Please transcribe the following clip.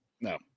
No